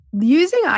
Using